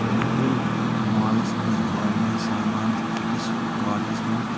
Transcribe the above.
مےٚ تُل مالس منٛز واریاہ سامان أکِس کاٹس منٛز